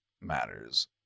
matters